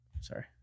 Sorry